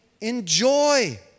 enjoy